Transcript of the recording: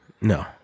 No